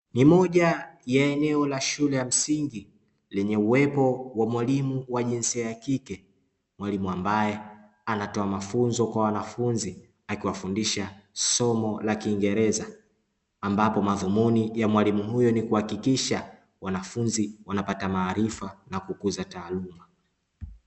Ni moja ya eneo la shule ya msingi ,lenye uwepo wa mwalimu wa jinsia ya kike, mwalimu ambaye anatoa mafunzo kwa wanafunzi, akiwafundisha somo la kingereza, ambapo madhumuni ya mwalimu huyo ni kuhakikisha wanafunzi wanapata maarifa na kukuza taaluma.